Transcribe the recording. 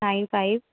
nine five